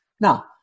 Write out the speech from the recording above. Now